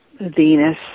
Venus